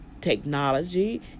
technology